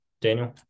daniel